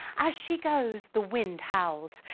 as she goes, the wind howls.